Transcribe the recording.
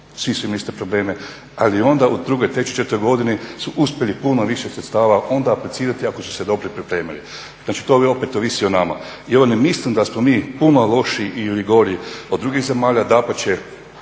svi su imali iste probleme. Ali onda u drugoj, trećoj, četvrtoj godini su uspjeli puno više sredstava onda aplicirati ako su se dobro pripremili. Znači, to opet ovisi o nama. Ja ne mislim da smo mi puno lošiji ili gori od drugih zemalja. Dapače,